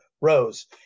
Rose